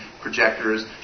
projectors